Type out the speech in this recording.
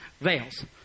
veils